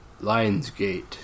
Lionsgate